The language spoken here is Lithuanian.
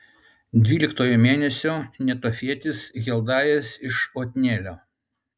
dvyliktojo mėnesio netofietis heldajas iš otnielio